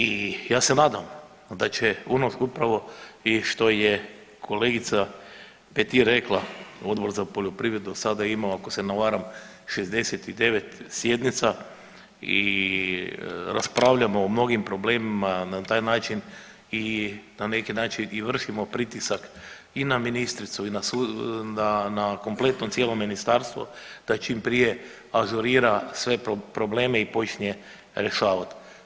I ja se nadam da će … upravo i što je kolegica Petir rekla Odbor za poljoprivredu sada ima ako se ne varam 69 sjednica i raspravljamo o mnogim problemima na taj način i na neki način i vršimo pritisak i na ministricu i na kompletno cijelo ministarstvo da čim prije ažurira sve probleme i počinje ih rješavat.